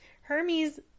Hermes